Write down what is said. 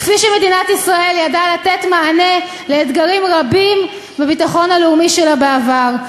כפי שמדינת ישראל ידעה לתת מענה לאתגרים רבים בביטחון הלאומי שלה בעבר.